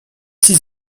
six